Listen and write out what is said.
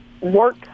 work